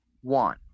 one